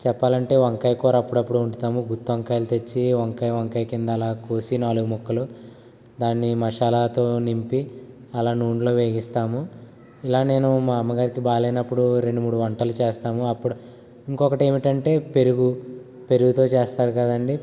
చెప్పాలి అంటే వంకాయ కూర అప్పుడప్పుడు వండుతాము గుత్తివకాయలు తెచ్చి వంకాయ వంకాయ కింద అలా కోసి నాలుగు ముక్కలు దాన్ని మసాలాతో నింపి అలా నూనెలో వేగిస్తాము ఇలా నేను మా అమ్మగారికి బాగలేనప్పుడు రెండు మూడు వంటలు చేస్తాము అప్పుడు ఇంకొకటి ఏమిటంటే పెరుగు పెరుగుతో చేస్తారు కదండి